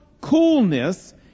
coolness